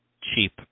cheap